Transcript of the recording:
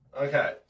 Okay